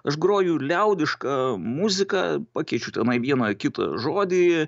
aš groju liaudišką muziką pakeičiu tenai vieną ar kitą žodį